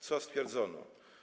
Co stwierdzono?